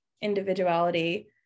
individuality